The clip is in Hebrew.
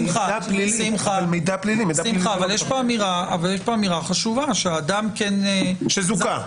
שמחה, יש פה אמירה חשובה, שאדם --- שזוכה.